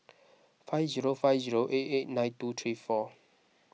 five zero five zero eight eight nine two three four